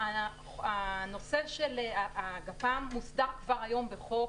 עדין, הנושא הוסדר היום.